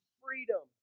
freedom